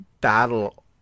battle